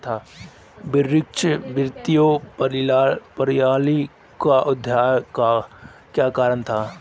वैश्विक वित्तीय प्रणाली के उदय के क्या कारण थे?